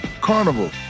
Carnival